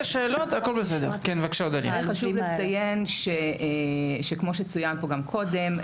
חשוב לציין שכמו שצוין פה גם קודם,